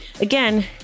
again